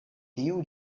tiu